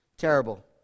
terrible